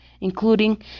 including